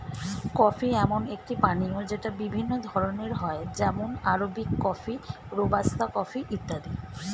coffee এমন একটি পানীয় যেটা বিভিন্ন ধরণের হয় যেমন আরবিক কফি, রোবাস্তা কফি ইত্যাদি